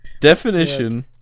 definition